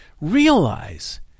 Realize